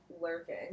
lurking